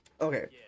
Okay